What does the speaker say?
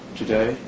today